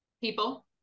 People